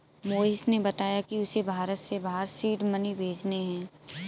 मोहिश ने बताया कि उसे भारत से बाहर सीड मनी भेजने हैं